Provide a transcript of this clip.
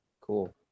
Cool